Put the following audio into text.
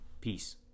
Peace